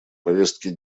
повестки